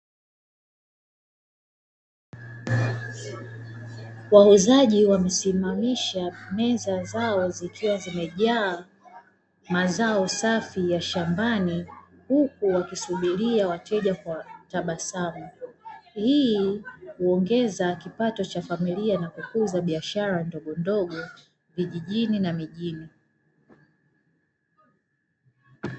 Wahuzaji wamesimamisha meza zao zikiwa zimejaa mazao safi ya shambani huku wakisubiria wateja kwa tabasamu. Hii imeongeza kipato cha familia na kukuza biashara ndogo ndogo vijijini na mijini.